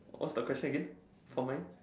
what's the question again for mine